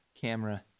camera